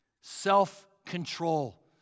self-control